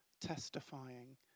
testifying